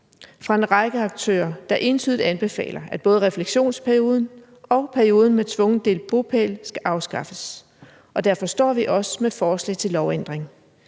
fra en række aktører, der entydigt anbefaler, at både refleksionsperioden og perioden med tvungen delt bopæl skal afskaffes. Derfor står vi også med forslag til lovændring.